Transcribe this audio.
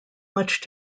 much